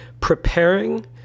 Preparing